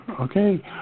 Okay